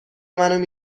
منو